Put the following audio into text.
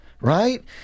right